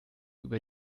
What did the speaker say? über